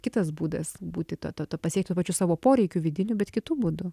kitas būdas būti to to to pasiekt tuo pačiu savo poreikių vidinių bet kitų būdų